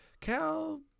Cal